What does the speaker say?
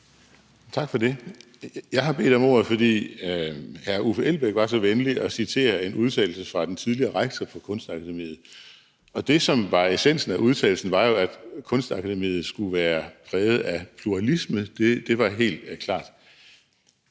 Tak for det. Jeg har bedt om ordet, fordi hr. Uffe Elbæk var så venlig at citere en udtalelse fra den tidligere rektor for Kunstakademiet, og det, som var essensen af udtalelsen, var jo, at Kunstakademiet skulle være præget af pluralisme, det var helt klart.